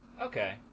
Okay